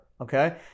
Okay